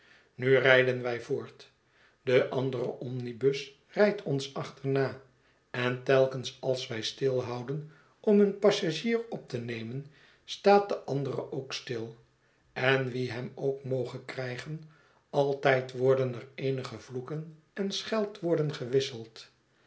nu rijden wij voort de andere omnibus rijdt ons achterna en telkens als wij stilhouden om een passagier op te nemen staat de andere ook stil en wie hem ook moge krijgen altijd worden er eenige vloeken en scheldwoorden gewisseld